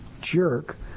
jerk